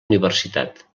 universitat